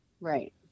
Right